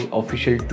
official